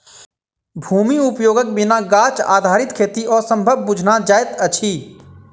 भूमि उपयोगक बिना गाछ आधारित खेती असंभव बुझना जाइत अछि